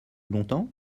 longtemps